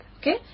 Okay